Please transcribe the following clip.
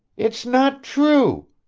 it's not true!